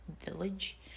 village